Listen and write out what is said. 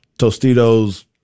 Tostitos